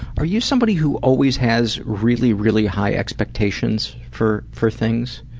are you somebody who always has really really high expectations for for things?